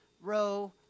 Row